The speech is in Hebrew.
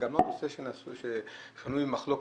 זה לא משהו ששנוי במחלוקת.